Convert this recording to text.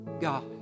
God